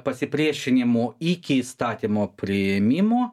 pasipriešinimų iki įstatymo priėmimo